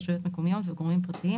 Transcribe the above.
רשויות מקומיות וגורמים פרטיים,